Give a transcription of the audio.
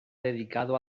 dedicado